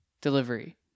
Delivery